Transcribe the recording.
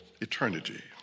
eternity